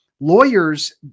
Lawyers